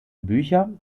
bücher